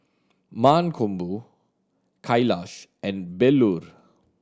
Mankombu Kailash and Bellur